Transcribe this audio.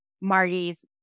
Marty's